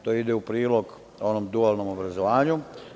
To ide prilog onom dualnom obrazovanju.